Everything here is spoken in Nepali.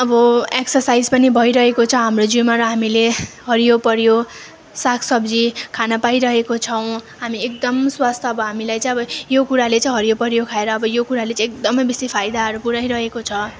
अब एक्ससाइस पनि भइरहेको छ हाम्रो जिउमा र हामीले हरियो परियो सागसब्जी खान पाइरहेको छौँ हामी एकदम स्वास्थ अब हामीलाई चाहिँ अब यो कुराले चाहिँ हरियो परियो खाएर अब यो कुराले चाहिँ एकदमै बेसी फाइदाहरू पुऱ्याइरहेको छ